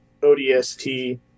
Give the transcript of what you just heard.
ODST